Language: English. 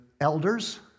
elders